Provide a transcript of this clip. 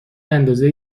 اندازه